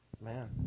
Man